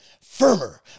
firmer